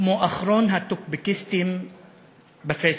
כמו אחרון הטוקבקיסטים בפייסבוק.